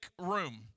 room